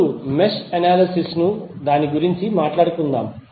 ఇప్పుడు mesh analysis గురించి మాట్లాడుదాం